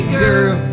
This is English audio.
girl